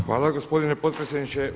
Hvala gospodine potpredsjedniče.